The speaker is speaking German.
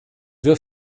wir